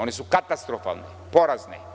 One su katastrofalne, porazne.